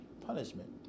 punishment